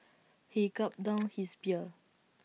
he gulped down his beer